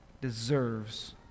deserves